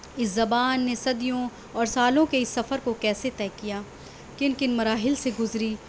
اس زبان نے صدیوں اور سالوں کے اس سفر کو کیسے طے کیا کن کن مراحل سے گذری